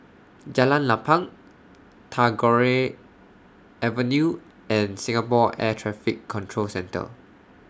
Jalan Lapang Tagore Avenue and Singapore Air Traffic Control Centre